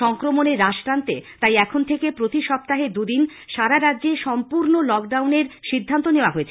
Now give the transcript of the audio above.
সংক্রমনে রাশ টানতে তাই এখন থেকে প্রতি সপ্তাহে দুদিন সারা রাজ্যে সম্পূর্ণ লকডাউনের সিদ্ধান্ত নেওয়া হয়েছে